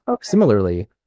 similarly